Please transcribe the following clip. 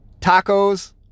Tacos